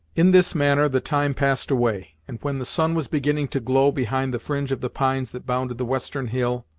in this manner the time passed away and when the sun was beginning to glow behind the fringe of the pines that bounded the western hill,